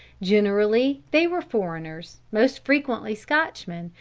generally they were foreigners, most frequently scotchmen,